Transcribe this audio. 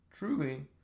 Truly